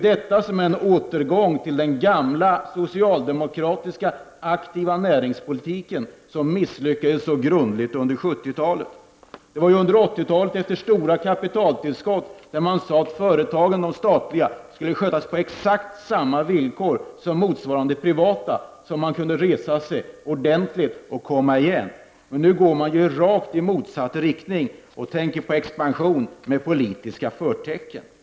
Detta är ju en återgång till den gamla socialdemokratiska aktiva näringspolitik som misslyckades så grundligt under 70-talet. Det var ju efter de stora kapitaltillskotten under 80-talet, då man sade att de statliga företagen skulle skötas på exakt samma villkor som de privata, som man kunde resa sig ordentligt och komma igen. Nu går man i rakt motsatt riktning och tänker på expansion med politiska förtecken.